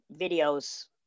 videos